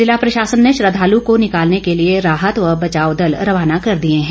ज़िला प्रशासन ने श्रद्धालु को निकालने के लिए राहत व बचाव दल रवाना कर दिए हैं